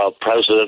president